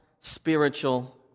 spiritual